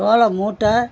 சோளம் மூட்டை